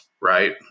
right